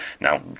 Now